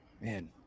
man